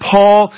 Paul